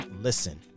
Listen